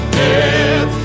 death